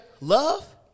love